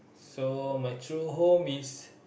so my true home is